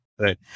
Right